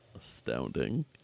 astounding